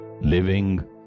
living